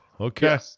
Okay